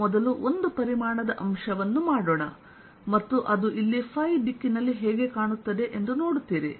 ನಾವು ಮೊದಲು ಒಂದು ಪರಿಮಾಣದ ಅಂಶವನ್ನು ಮಾಡೋಣ ಮತ್ತು ಅದು ಇಲ್ಲಿ ಫೈ ದಿಕ್ಕಿನಲ್ಲಿ ಹೇಗೆ ಕಾಣುತ್ತದೆ ಎಂದು ನೋಡುತ್ತೀರಿ